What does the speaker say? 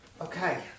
Okay